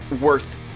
worth